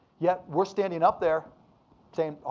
yet we're standing up there saying,